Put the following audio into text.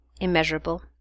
immeasurable